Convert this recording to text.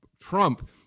Trump